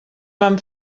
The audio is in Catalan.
van